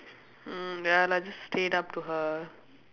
mm ya lah just straight up to her